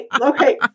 Okay